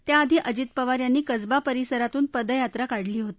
त्याआधी अजित पवार यांनी कसबा परिसरातून पदयात्रा काढली होती